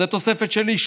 זו תוספת שלי,